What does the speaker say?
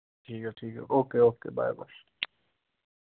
ठीक ऐ ठीक ऐ ओके ओके बाय बाय